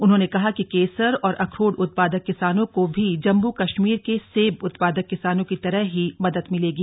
उन्होंने कहा कि केसर और अखरोट उत्पादक किसानों को भी जम्मू कश्मीर के सेब उत्पादक किसानों की तरह ही मदद मिलेगी